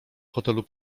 hotelu